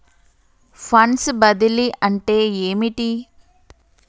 Funds బదిలీ అంటే ఏమిటి?